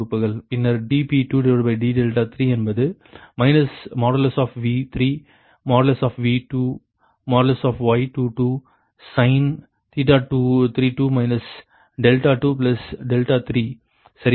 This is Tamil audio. பின்னர் dp2 d3 என்பது V3V2Y32sin 32 23 சரியா